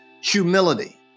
humility